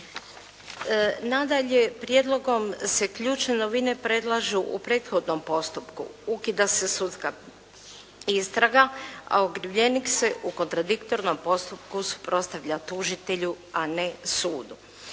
Nadalje, prijedlogom se ključne novine predlažu u prethodnom postupku, ukida se sudska istraga a okrivljenik se u kontradiktornom postupku suprotstavlja tužitelju a ne sudu.